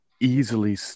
Easily